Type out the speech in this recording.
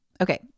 Okay